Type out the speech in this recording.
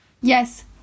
Yes